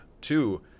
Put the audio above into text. Two